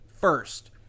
First